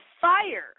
fire